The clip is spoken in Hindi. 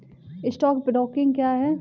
स्टॉक ब्रोकिंग क्या है?